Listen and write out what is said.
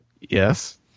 yes